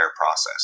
process